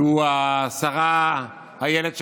זו השרה אילת שקד,